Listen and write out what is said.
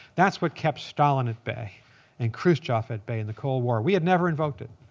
that's what kept stalin at bay and khrushchev at bay in the cold war. we had never invoked it.